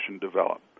develop